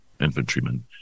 infantrymen